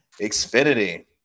Xfinity